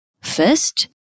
First